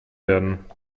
werden